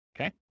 Okay